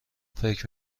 فکر